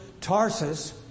Tarsus